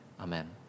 Amen